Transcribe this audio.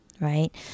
right